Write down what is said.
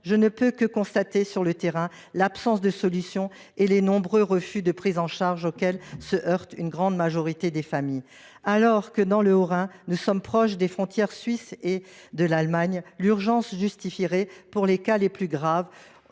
je ne puis que constater, sur le terrain, l’absence de solutions et les nombreux refus de prise en charge auxquels se heurte une grande majorité des familles. Alors que, dans le Haut Rhin, nous sommes proches de la Suisse et de l’Allemagne, l’urgence justifierait, pour les cas les plus graves,